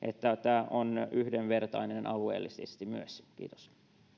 tämä on yhdenvertaista myös alueellisesti